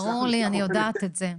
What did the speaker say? זה ברור לי, אני יודעת את זה.